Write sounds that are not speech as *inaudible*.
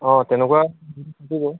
কোনোৱা *unintelligible*